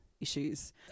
issues